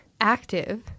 active